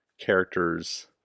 characters